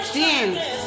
dance